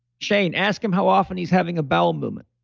shane, ask him how often he's having a bowel movement.